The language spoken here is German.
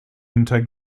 hinter